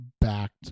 backed